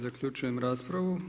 Zaključujem raspravu.